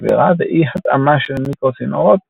שבירה ואי התאמה של מיקרו צינורות,